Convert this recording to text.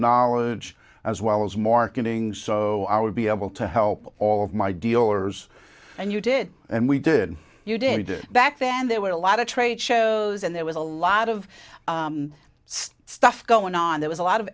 knowledge as well as marketing so i would be able to help all of my dealers and you did and we did you did back then there were a lot of trade shows and there was a lot of stuff going on there was a lot of